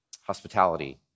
hospitality